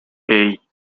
hey